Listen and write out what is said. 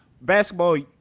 Basketball